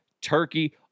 turkey